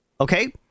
Okay